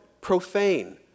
profane